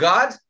God